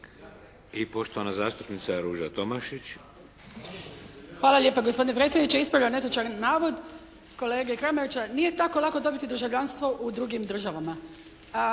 I poštovana zastupnica Ruža Tomašić. **Tomašić, Ruža (HSP)** Hvala lijepa gospodine predsjedniče. Ispravljam netočan navod kolege Kramarića, nije tako lako dobiti državljanstvo u drugim državama.